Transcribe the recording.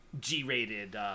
G-rated